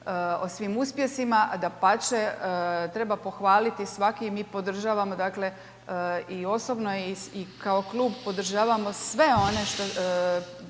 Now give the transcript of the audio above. o svim uspjesima, dapače, treba pohvaliti i svaki mi podržavamo dakle i osobno i kao klub podržavamo sve one